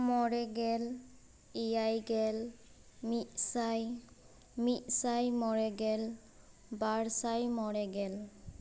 ᱢᱚᱬᱮ ᱜᱮᱞ ᱮᱭᱟᱭ ᱜᱮᱞ ᱢᱤᱫ ᱥᱟᱭ ᱢᱤᱫᱥᱟᱭ ᱢᱚᱬᱮ ᱜᱮᱞ ᱵᱟᱨᱥᱟᱭ ᱢᱚᱬᱮ ᱜᱮᱞ